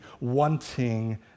wanting